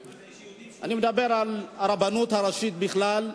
יש יהודים, אני מדבר על הרבנות הראשית בכלל,